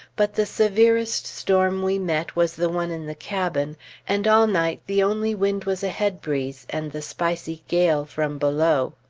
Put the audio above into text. but the severest storm we met was the one in the cabin and all night the only wind was a head breeze, and the spicy gale from below.